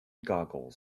goggles